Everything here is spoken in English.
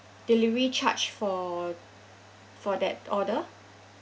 delivery charge for for that order